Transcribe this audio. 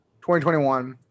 2021